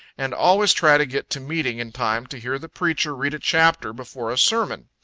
and always try to get to meeting in time to hear the preacher read a chapter before sermon.